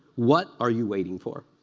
what are you waiting for?